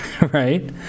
Right